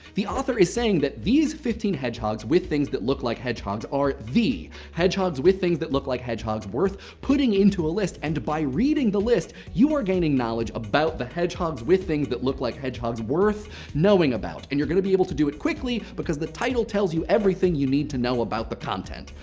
the author is saying that these fifteen hedgehogs with things that look like hedgehogs are the hedgehogs with things that look like hedgehogs worth putting into a list. and by reading the list, you are gaining knowledge about the hedgehogs with things that look like hedgehogs worth knowing about. and you're going to be able to do it quickly because the title tells you everything you need to know about the content.